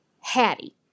Hattie